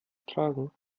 tragen